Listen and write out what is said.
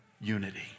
unity